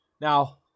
Now